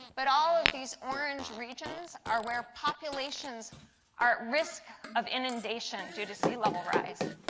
but all of these orange regions are where populations are at risk of inundation due to sealevel rise.